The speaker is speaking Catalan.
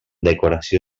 decoració